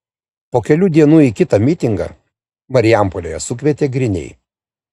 po kelių dienų į kitą mitingą marijampolėje sukvietė griniai